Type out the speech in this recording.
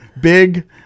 Big